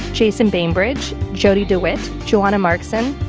jason bainbridge, jody dewitt, joanna markson,